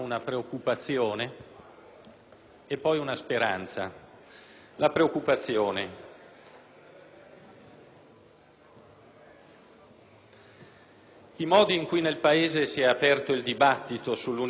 e poi una speranza. I modi in cui nel Paese si è aperto il dibattito sull'università